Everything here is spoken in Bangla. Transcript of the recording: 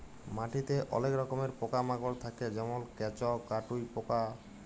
মাটিতে অলেক রকমের পকা মাকড় থাক্যে যেমল কেঁচ, কাটুই পকা